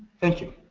thank you.